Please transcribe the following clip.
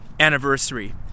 anniversary